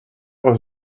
was